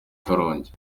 karongi